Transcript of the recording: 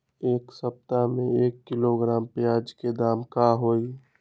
एक सप्ताह में एक किलोग्राम प्याज के दाम का होई?